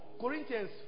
Corinthians